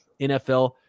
NFL